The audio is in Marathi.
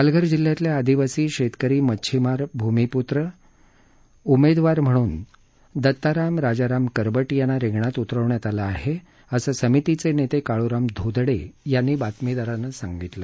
पालघर जिल्ह्यातल्या आदिवासी शेतकरी मच्छिमार भूमिपुत्र उमेदवार म्हणून दत्ताराम राजाराम करबट यांना रिंगणात उतरवलं आहे असं समितीचे नेते काळूराम धोदडे यांनी बातमीदारांना सांगितलं